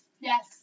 Yes